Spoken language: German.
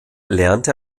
lernte